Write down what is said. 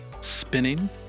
spinning